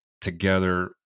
together